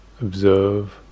observe